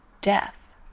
death